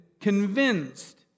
convinced